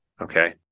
okay